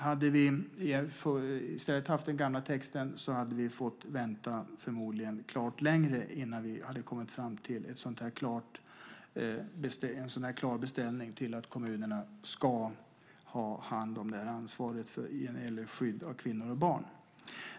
Hade vi i stället haft den gamla texten hade vi förmodligen fått vänta klart längre innan vi hade kommit fram till en så här klar beställning som att kommunerna ska ha ansvaret för skydd av kvinnor och barn.